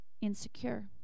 insecure